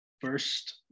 first